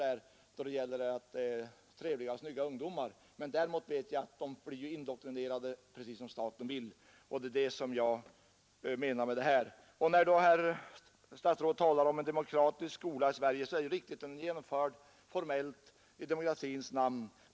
Deras ungdomar är trevliga och snygga. Men de blir indoktrinerade precis på det sätt som staten vill, och det var detta jag tänkte på. Statsrådet talar om att vi har en demokratisk skola i Sverige. Ja, det är riktigt att den formellt är genomförd i demokratins namn.